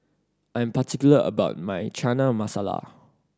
I'm particular about my Chana Masala